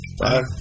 Bye